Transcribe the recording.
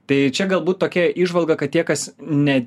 tai čia galbūt tokia įžvalga kad tie kas ne